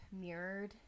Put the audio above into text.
mirrored